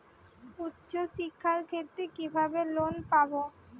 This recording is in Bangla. উচ্চশিক্ষার ক্ষেত্রে কিভাবে লোন পাব?